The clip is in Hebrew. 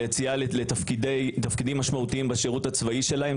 על יציאה לתפקידים משמעותיים בשירות הצבאי שלהם,